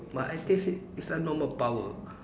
but I taste it's a normal power